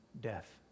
death